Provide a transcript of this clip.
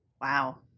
wow